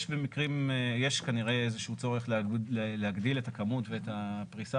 יש כנראה איזשהו צורך להגדיל את הכמות ואת הפריסה